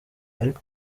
ariko